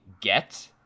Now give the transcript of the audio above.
get